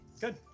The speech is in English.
good